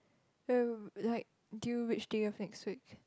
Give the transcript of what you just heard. when like due which day of next week